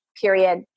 period